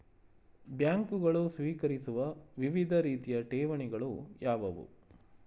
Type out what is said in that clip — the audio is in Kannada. ಬ್ಯಾಂಕುಗಳು ಸ್ವೀಕರಿಸುವ ವಿವಿಧ ರೀತಿಯ ಠೇವಣಿಗಳು ಯಾವುವು?